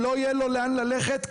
שלא יהיה לו לאן ללכת,